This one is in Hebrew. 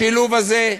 השילוב הזה,